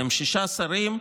אתם שישה שרים,